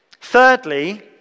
Thirdly